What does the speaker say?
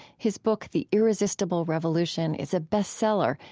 his book the irresistible revolution is a best-seller,